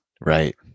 right